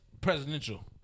Presidential